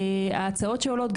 ההצעות שעולות,